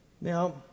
now